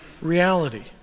reality